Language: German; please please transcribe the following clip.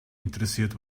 interessiert